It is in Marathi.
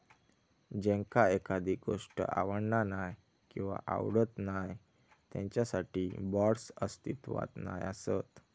ज्यांका एखादी गोष्ट आवडना नाय किंवा आवडत नाय त्यांच्यासाठी बाँड्स अस्तित्वात नाय असत